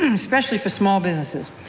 especially for small businesses.